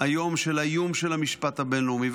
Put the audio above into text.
היום של האיום של המשפט הבין-לאומי,